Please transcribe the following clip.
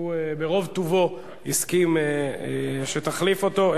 ברוב טובו הוא הסכים שתחליף אותו.